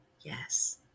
Yes